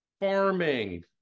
farming